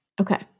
Okay